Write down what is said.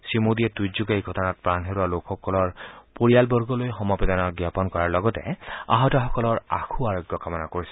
শ্ৰী মোদীয়ে টুইটযোগে এই ঘটনাত প্ৰাণ হেৰুওৱা লোকসকলৰ পৰিয়ালবৰ্গলৈ সমবেদনা জাপন কৰাৰ লগতে আহতসকলৰ আশু আৰোগ্য কামনা কৰিছে